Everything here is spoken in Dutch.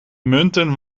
munten